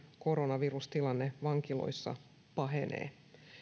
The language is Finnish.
koronavirustilanne vankiloissa pahenee